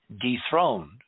dethroned